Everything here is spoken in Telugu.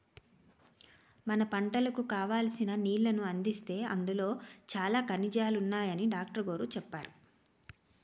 మన పంటలకు కావాల్సిన నీళ్ళను అందిస్తే అందులో చాలా ఖనిజాలున్నాయని డాట్రుగోరు చెప్పేరు